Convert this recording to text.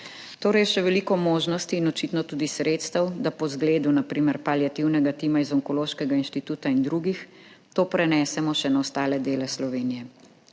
torej je še veliko možnosti in očitno tudi sredstev, da po zgledu na primer paliativnega tima iz Onkološkega inštituta in drugih to prenesemo še na ostale dele Slovenije.